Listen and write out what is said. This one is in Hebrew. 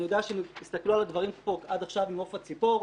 אני יודע שהסתכלו על הדברים עד עכשיו ממעוף הציפור.